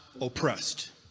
oppressed